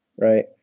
right